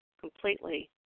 completely